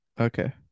Okay